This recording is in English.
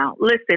listen